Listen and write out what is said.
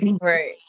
Right